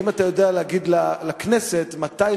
האם אתה יודע להגיד לכנסת מתי,